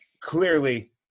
Clearly